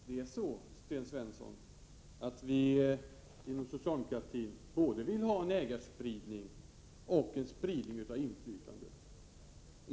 Herr talman! Inom socialdemokratin, Sten Svensson, vill vi ha både en = 10 juni 1988 ägarspridning och en spridning av inflytandet.